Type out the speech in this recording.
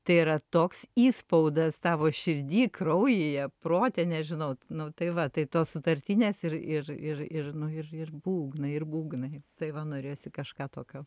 tai yra toks įspaudas tavo širdy kraujyje prote nežinau nu tai va tai tos sutartinės ir ir ir ir nu ir ir būgnai ir būgnai tai va norėjosi kažką tokio